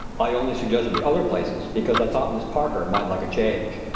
i only suggested the other places because i thought miss parker might like a change.